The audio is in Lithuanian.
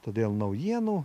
todėl naujienų